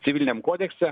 civiliniam kodekse